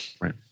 Right